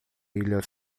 ilha